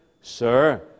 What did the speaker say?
Sir